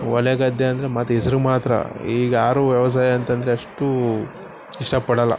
ಹೊಲ ಗದ್ದೆ ಅಂದರೆ ಮತ್ತು ಹೆಸ್ರಿಗ್ ಮಾತ್ರ ಈಗ ಯಾರು ವ್ಯವಸಾಯ ಅಂತಂದರೆ ಅಷ್ಟು ಇಷ್ಟಪಡೋಲ್ಲ